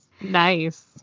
Nice